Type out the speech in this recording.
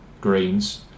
greens